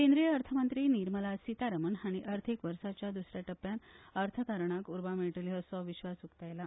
केंद्रीय अर्थमंत्री निर्मला सितारामन हांणी अर्थिक वर्षांच्या द्सऱ्या टप्प्यांत अर्थकारणाक उर्बा मेळटली असो विस्वास उक्तायला